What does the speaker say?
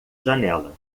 janela